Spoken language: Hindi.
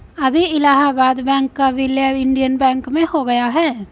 अभी इलाहाबाद बैंक का विलय इंडियन बैंक में हो गया है